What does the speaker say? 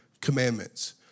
commandments